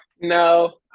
no